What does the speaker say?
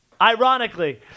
Ironically